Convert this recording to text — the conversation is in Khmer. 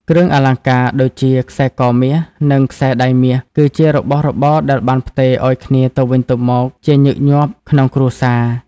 គ្រឿងអលង្ការដូចជា ខ្សែកមាស និង ខ្សែដៃមាស គឺជារបស់របរដែលបានផ្ទេរឲ្យគ្នាទៅវិញទៅមកជាញឹកញាប់ក្នុងគ្រួសារ។